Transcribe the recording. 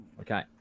okay